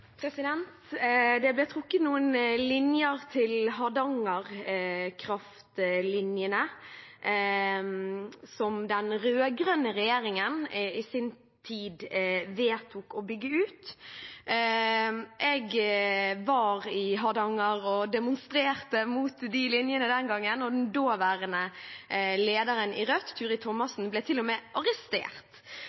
Det ble trukket noen linjer til Hardanger-kraftlinjene, som den rød-grønne regjeringen i sin tid vedtok å bygge ut. Jeg var i Hardanger og demonstrerte mot de linjene den gangen, og den daværende lederen i Rødt, Turid Thomassen, ble til og med arrestert.